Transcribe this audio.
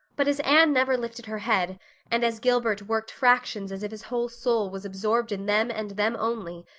but as anne never lifted her head and as gilbert worked fractions as if his whole soul was absorbed in them and them only,